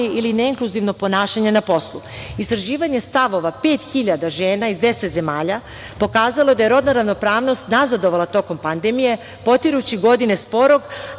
ili neinkluzivno ponašanje na poslu. Istraživanje stavova 5.000 žena iz 10 zemalja pokazalo je da je rodna ravnopravnost nazadovala tokom pandemije, potirući godine sporog,